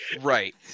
Right